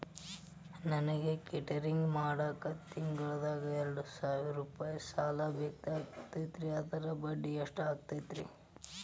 ನನಗ ಕೇಟರಿಂಗ್ ಮಾಡಾಕ್ ತಿಂಗಳಾ ಎರಡು ಸಾವಿರ ರೂಪಾಯಿ ಸಾಲ ಬೇಕಾಗೈತರಿ ಅದರ ಬಡ್ಡಿ ಎಷ್ಟ ಆಗತೈತ್ರಿ?